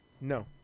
No